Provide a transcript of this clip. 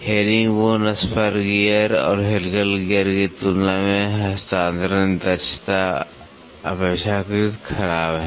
herringbone spur gear और helical gear की तुलना में हस्तांतरण दक्षता अपेक्षाकृत खराब है